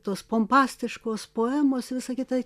tos pompastiškos poemos visa kita